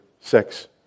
sex